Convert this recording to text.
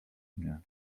mnie